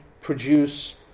produce